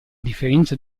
differenza